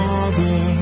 Father